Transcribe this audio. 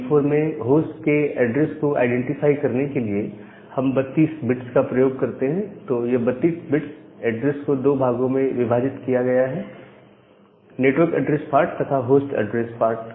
IPv4 में host के address को आईडेंटिफाई करने के लिए हम 32 बिट्स का प्रयोग करते हैं तो यह 32 बिट्स एड्रेस दो भागों में विभाजित किया गया है नेटवर्क एड्रेस पार्ट तथा होस्ट एड्रेस पार्ट